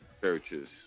Churches